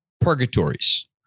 purgatories